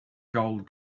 gold